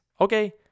Okay